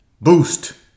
boost